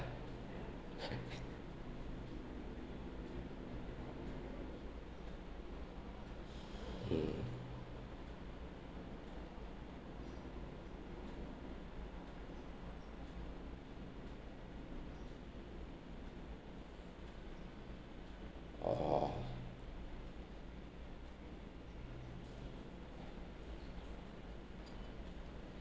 mm oh